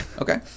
Okay